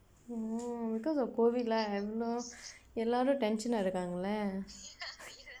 because of COVID lah எவ்வளோ எல்லாரும்:evvaloo ellaarum tension-aa இருக்காங்கல:aairrukkaangkala